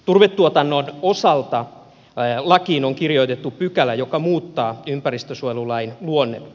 turvetuotannon osalta lakiin on kirjoitettu pykälä joka muuttaa ympäristönsuojelulain luonnetta